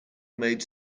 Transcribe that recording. made